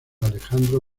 alejandro